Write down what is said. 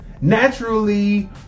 naturally